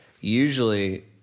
Usually